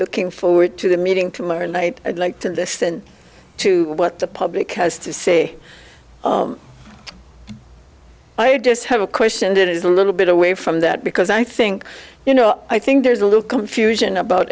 looking forward to the meeting tomorrow night i'd like to listen to what the public has to say i just have a question and it is a little bit away from that because i think you know i think there's a little confusion about